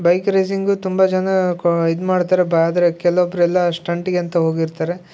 bike racing ತುಂಬಾ ಜನ ಕೋ ಇದ್ಮಾಡ್ತಾರ ಬಾ ಆದರೆ ಕೆಲವು ಒಬ್ಬರೆಲ್ಲ ಸ್ಟಂಟಿಗೆ ಅಂತ ಹೋಗಿರ್ತಾರೆ